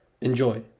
Enjoy